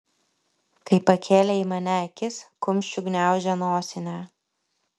kai pakėlė į mane akis kumščiu gniaužė nosinę